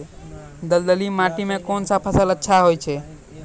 दलदली माटी म कोन फसल अच्छा होय छै?